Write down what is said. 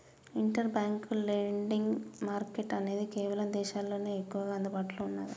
inter bank lending market అనేది కేవలం ఇదేశాల్లోనే ఎక్కువగా అందుబాటులో ఉన్నాది